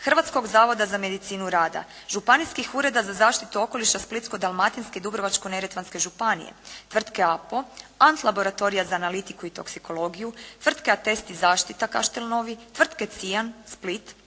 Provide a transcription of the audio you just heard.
Hrvatskog zavoda za medicinu rada, Županijskih ureda za zaštitu okoliša Splitsko-dalmatinske i Dubrovačko-neretvanske županije, tvrtke "APO" ,… /Govornik se ne razumije./ … tvrtke "Atest i zaštita" Kaštel Novi, tvrtke "CIAN" Split,